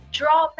draw